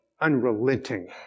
unrelenting